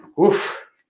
Oof